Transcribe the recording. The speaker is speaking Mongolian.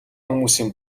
хүмүүсийн